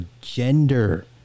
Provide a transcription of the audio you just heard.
gender